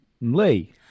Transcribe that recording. lee